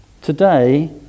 Today